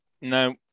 No